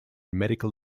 medical